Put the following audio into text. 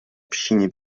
общине